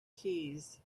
keys